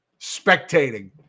Spectating